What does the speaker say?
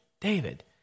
David